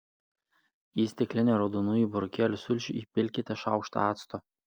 į stiklinę raudonųjų burokėlių sulčių įpilkite šaukštą acto